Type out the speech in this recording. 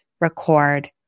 record